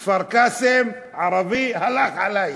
כפר-קאסם, ערבי, הלך עלייך.